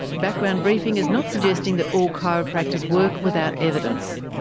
background briefing is not suggesting that all chiropractors work without evidence,